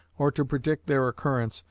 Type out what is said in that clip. or to predict their occurrence,